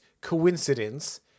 coincidence